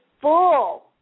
full